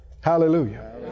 Hallelujah